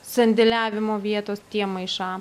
sandėliavimo vietos tiem maišam